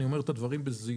ואני אומר את הדברים בזהירות,